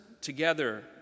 together